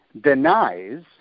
denies